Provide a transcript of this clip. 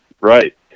Right